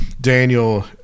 daniel